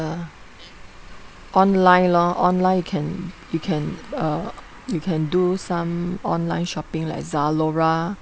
online lor online you can you can uh you can do some online shopping like Zalora